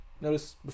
notice